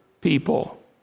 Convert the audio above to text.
people